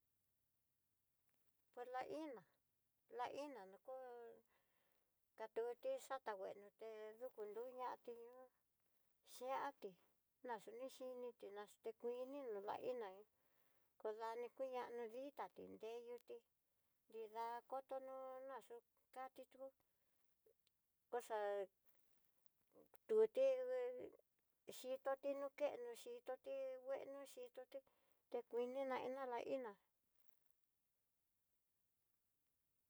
Tó la iiná, la iina kakuti xatá nguenote dukunruñatí, xhianti nachu nixhiniti ná chú no'o kuini ná iná kodani kiña di'í tati nreiyuti, nrida koto nó no yu kati tú, koxa tuti ngue xhitoti nukenó xhitoti bueno xhitoti te kuininá dana iná.